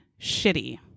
shitty